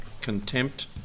contempt